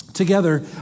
together